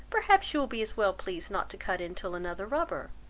perhaps you will be as well pleased not to cut in till another rubber,